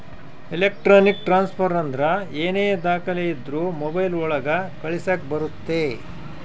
electronic transfer ಅಂದ್ರ ಏನೇ ದಾಖಲೆ ಇದ್ರೂ ಮೊಬೈಲ್ ಒಳಗ ಕಳಿಸಕ್ ಬರುತ್ತೆ